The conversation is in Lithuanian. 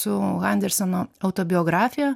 su anderseno autobiografija